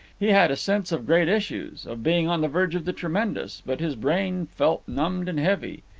he had a sense of great issues, of being on the verge of the tremendous but his brain felt numbed and heavy.